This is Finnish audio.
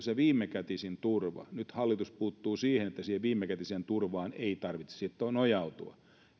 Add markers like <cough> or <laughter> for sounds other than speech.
<unintelligible> se viimekätisin turva nyt hallitus puuttuu siihen että siihen viimekätiseen turvaan ei tarvitsisi nojautua